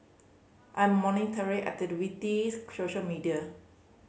I am monitoring activities social media